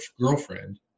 girlfriend